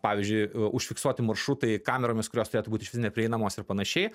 pavyzdžiui užfiksuoti maršrutai kameromis kurios turėtų būt išvis neprieinamos ir panašiai